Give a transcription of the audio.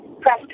press